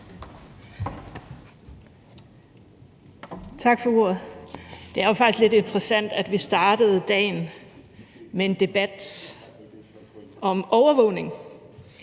Tak for ordet. Det er faktisk lidt interessant, at vi startede dagen med en debat om overvågning,